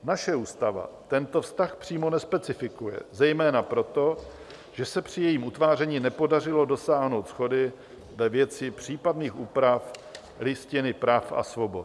Naše ústava tento vztah přímo nespecifikuje, zejména proto, že se při jejím utváření nepodařilo dosáhnout shody ve věci případných úprav Listiny práv a svobod.